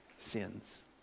sins